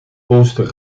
poster